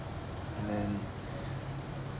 and then